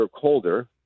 colder